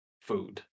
food